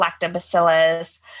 lactobacillus